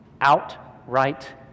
Outright